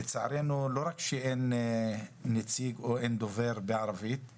לצערנו, לא רק שאין נציב או אין דובר בערבית;